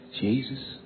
Jesus